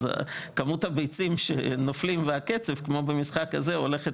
אז כמובן הביצים שנופלות והקצב כמו במשחק הזה הולכת